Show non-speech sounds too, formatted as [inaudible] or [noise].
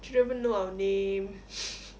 she don't even know our name [laughs]